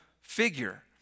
figure